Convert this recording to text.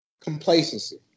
Complacency